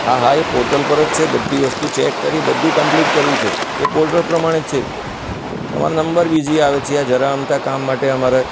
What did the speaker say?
હા હા એ પોર્ટલ પર જ છે બધી વસ્તુ ચેક કરી બધું કમ્પ્લીટ કર્યું છે એ પોર્ટલ પ્રમાણે જ છે તમારા નંબર બીઝી આવે છે જરા અમથા કામ માટે અમારે